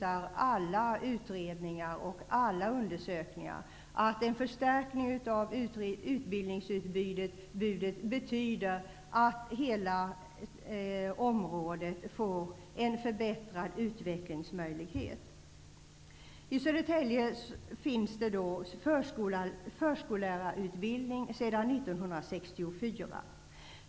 Alla utredningar och undersökningar visar att en förstärkning av utbildningsutbudet betyder att hela området får en förbättrad utvecklingsmöjlighet. I Södertälje finns förskollärarutbildning sedan år 1964.